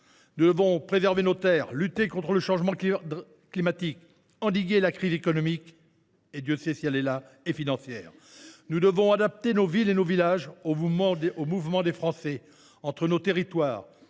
nous devons préserver nos terres, lutter contre le changement climatique, endiguer la crise économique et financière. Nous devons adapter nos villes et villages aux mouvements des Français entre nos territoires,